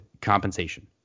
compensation